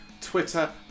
Twitter